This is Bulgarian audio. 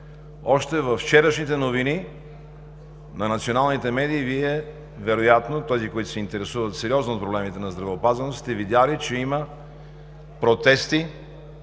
Още във вчерашните новини на националните медии Вие вероятно – тези, които се интересуват сериозно от проблемите на здравеопазването, сте видели, че има протести